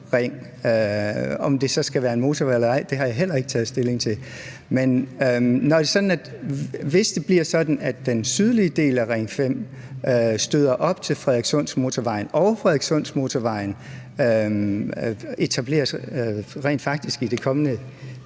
Om det så skal være en motorvej eller ej har jeg heller ikke taget stilling til. Men hvis det bliver sådan, af den sydlige del af Ring 5 støder op til Frederikssundsmotorvejen, og at Frederikssundsmotorvejen rent faktisk etableres i det kommende